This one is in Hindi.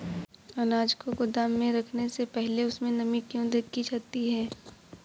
अनाज को गोदाम में रखने से पहले उसमें नमी को क्यो देखी जाती है?